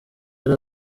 yari